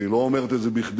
והיא לא אומרת את זה בכדי,